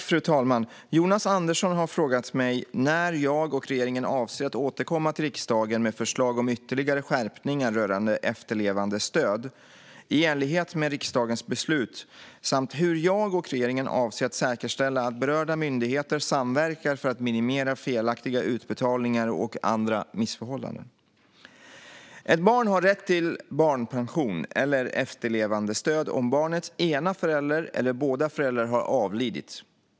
Fru talman! Jonas Andersson har frågat mig när jag och regeringen avser att återkomma till riksdagen med förslag om ytterligare skärpningar rörande efterlevandestöd i enlighet med riksdagens beslut samt hur jag och regeringen avser att säkerställa att berörda myndigheter samverkar för att minimera felaktiga utbetalningar och andra missförhållanden. Ett barn har rätt till barnpension eller efterlevandestöd om barnets ena förälder eller båda föräldrar har avlidit.